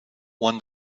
won